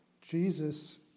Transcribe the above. Jesus